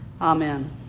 Amen